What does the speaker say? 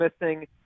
missing